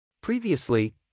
Previously